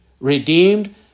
redeemed